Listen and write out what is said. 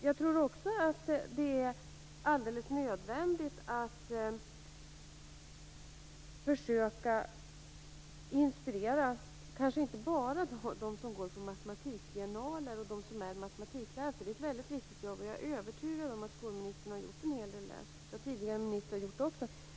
Jag tror också att det är alldeles nödvändigt att försöka inspirera kanske inte bara de som går på matematikbiennaler och de som är matematiklärare. Det är ett mycket viktigt jobb. Jag är övertygad om att skolministern har gjort en hel del i detta avseende. Det har även tidigare ministrar gjort.